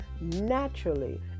naturally